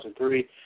2003